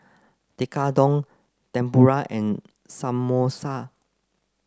Tekkadon Tempura and Samosa